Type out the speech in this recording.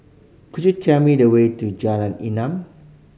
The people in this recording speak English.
could you tell me the way to Jalan Enam